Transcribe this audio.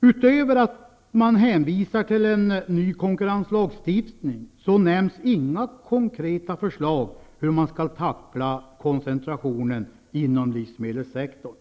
Bortsett från att man hänvisar till en ny konkurrenslagstiftning nämns inga konkreta förslag till hur koncentrationen inom livsmedelssektorn skall tacklas.